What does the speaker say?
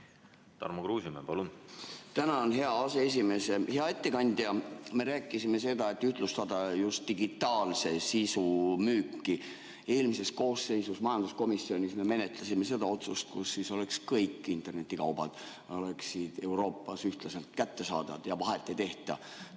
Tarmo Kruusimäe, palun! Tänan, hea aseesimees! Hea ettekandja! Me rääkisime seda, et ühtlustatakse just digitaalse sisu müüki. Eelmises koosseisus me majanduskomisjonis menetlesime seda otsust, et oleks kõik internetikaubad Euroopas ühtlaselt kättesaadavad ja vahet ei tehta.